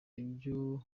ibyo